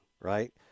right